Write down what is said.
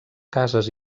cases